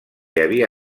havia